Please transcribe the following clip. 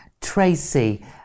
Tracy